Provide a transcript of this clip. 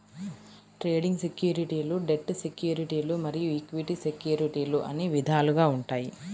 trading సెక్యూరిటీలు debt సెక్యూరిటీలు మరియు ఈక్విటీ సెక్యూరిటీలు అని విధాలుగా ఉంటాయి